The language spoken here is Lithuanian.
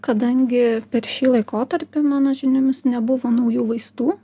kadangi per šį laikotarpį mano žiniomis nebuvo naujų vaistų